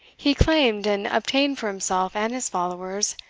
he claimed, and obtained for himself and his followers,